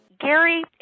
Gary